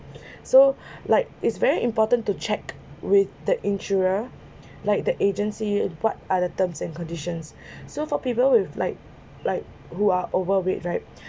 so like it's very important to check with the insurer like the agency what are the terms and conditions so for people with like like who are overweight right